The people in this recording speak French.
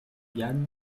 yann